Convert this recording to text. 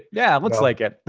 it yeah looks like it.